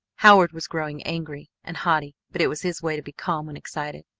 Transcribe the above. howard was growing angry and haughty, but it was his way to be calm when excited.